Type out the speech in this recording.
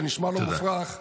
וזה נשמע לו מופרך,